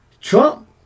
Trump